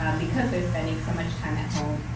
um because they're spending so much time at home.